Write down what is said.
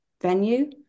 venue